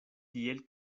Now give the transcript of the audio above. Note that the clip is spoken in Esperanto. tiel